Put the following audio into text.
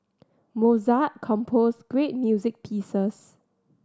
Mozart composed great music pieces